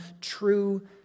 true